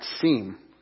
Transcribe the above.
seem